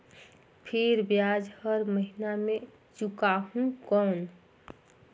फिर ब्याज हर महीना मे चुकाहू कौन?